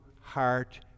heart